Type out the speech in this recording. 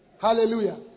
Hallelujah